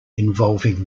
involving